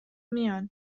میان